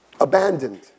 abandoned